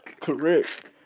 correct